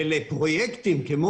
לפרויקטים כמו